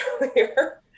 earlier